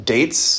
Dates